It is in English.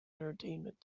entertainment